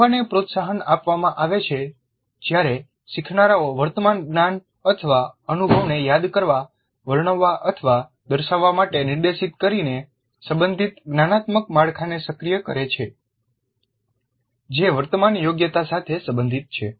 શીખવાને પ્રોત્સાહન આપવામાં આવે છે જ્યારે શીખનારાઓ વર્તમાન જ્ઞાન અથવા અનુભવને યાદ કરવા વર્ણવવા અથવા દર્શાવવા માટે નિર્દેશિત કરીને સંબંધિત જ્ઞાનાત્મક માળખાને સક્રિય કરે છે જે વર્તમાન યોગ્યતા સાથે સંબંધિત છે